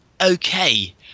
okay